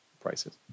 prices